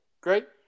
Great